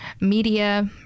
media